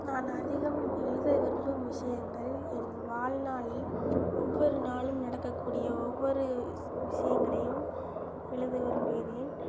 நான் அதிகம் எழுத விரும்பும் விஷயங்கள் என் வாழ்நாளில் ஒவ்வொரு நாளும் நடக்கக்கூடிய ஒவ்வொரு விஷய விஷயங்களையும் எழுத விரும்புகிறேன்